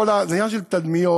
זה עניין של תדמיות.